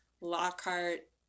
Lockhart